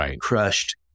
crushed